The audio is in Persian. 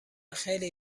خیلی